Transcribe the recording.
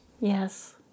Yes